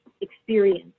experience